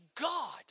God